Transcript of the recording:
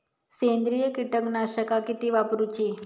सेंद्रिय कीटकनाशका किती वापरूची?